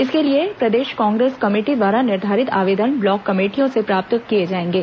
इसके लिए प्रदेश कांग्रेस कमेटी द्वारा निर्धारित आवेदन ब्लॉक कमेटियों से प्राप्त किए जाएंगे